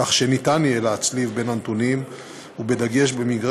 כך שיהיה אפשר להצליב את הנתונים ובדגש במקרה